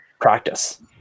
practice